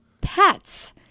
pets